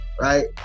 right